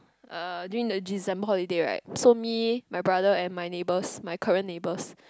uh during the December holiday right so me my brother and my neighbours my current neighbours